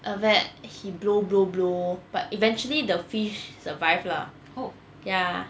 then after that he blow blow blow but eventually the fish survive lah ya